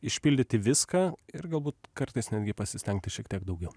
išpildyti viską ir galbūt kartais netgi pasistengti šiek tiek daugiau